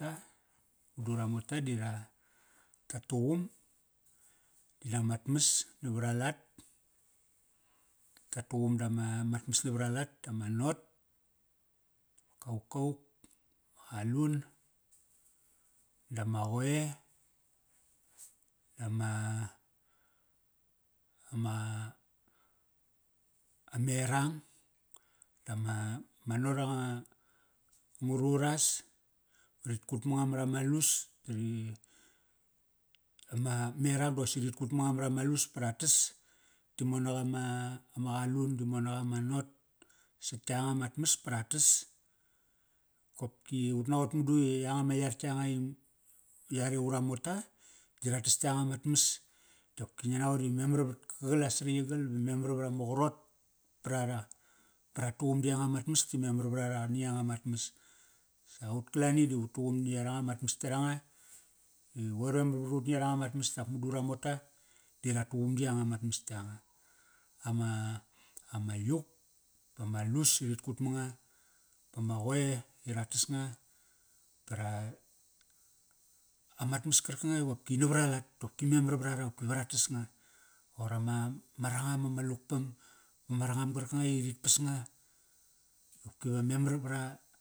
Madu ura mota di ra, ta tuqum di namat mas navara lat. Ta tuqum dama, mat mas navara lat dama rot, ma kaukau, ma qalun dama qoe, dama, ama, amerang. Dama, ma rot anga, angaruras. Ritkut ma nga marama lus, da ri, ama, merang dosi rit kut ma nga marama lus pa ra tas. Ti monak ama, ama qalun, ti monak ama rot sat yanga mat mas pa ratas. Kopki ut naqot madu i yanga ma yar tka nga i yare ura mota, di ra tas tka nga mat mas. Dopki ngia naqot i memar vat karkigal a saritkigal ba memar vra ma qarot prara. Pa ra tuqum di yanga mat mas ti memar vrara ni yanga mat mas. Sa ut Kalani da ut tuqum ni yaranga mat mas yaranga. I qoir memar varut ni yaranga mat mas dap mudu ura mota, di ra tuqum di yanga mat mas yanga. Ama, ama yuk, bama lus i rit kut manga, bama qoe i ra tas nga. Da ra, amat mas karkanga i qopki navaralat dopki, memar vra ra opki ve ra tas nga. Roqor ama, ma rangam ama lukpam, bama rangam qarka nga i rit pas nga. Qopki va memar vra.